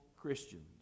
Christians